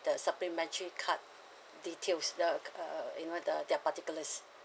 the supplementary card details the uh you know the their particulars